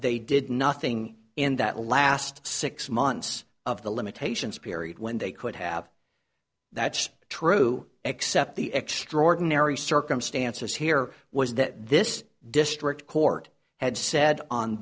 they did nothing in that last six months of the limitations period when they could have that's true except the extraordinary circumstances here was that this district court had said on